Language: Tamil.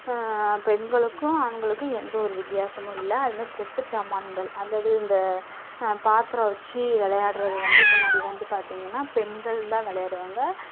பெண்களுக்கும் ஆண்களுக்கும் எந்த ஒரு வித்தியாசமும் இல்லை அது மாதிரி சொப்பு சாமான்ங்கள் அந்த இது இந்த பாத்தரம் வைச்சி விளையாட்றது வந்து முன்னாடி வந்து பார்த்திங்கன்னா பெண்கள்தான் விளையாடுவாங்க